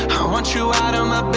want you out um